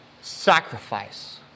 sacrifice